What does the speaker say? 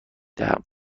دهم